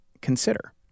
consider